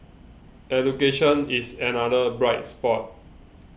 education is another bright spot